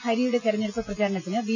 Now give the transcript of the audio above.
ഹരിയുടെ തെരഞ്ഞെടുപ്പ് പ്രചരണത്തിന് ബി